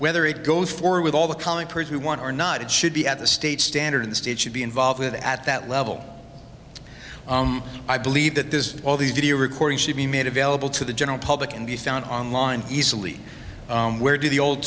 whether it goes for with all the common person who want or not it should be at the state standard in the state should be involved with at that level i believe that there's all the video recording should be made available to the general public and be found online easily where do the old